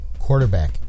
Quarterback